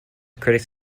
critics